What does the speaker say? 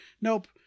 nope